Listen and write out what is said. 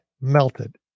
melted